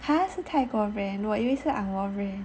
!huh! 是泰国 brand 我以为是 ang moh brand